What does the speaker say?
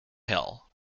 hill